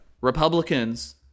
Republicans